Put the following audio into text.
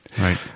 Right